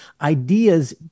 ideas